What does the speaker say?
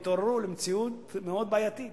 והתעוררו למציאות מאוד בעייתית.